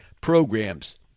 programs